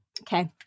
okay